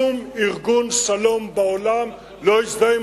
שום ארגון שלום בעולם לא יזדהה עם